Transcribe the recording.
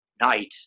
night